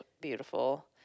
beautiful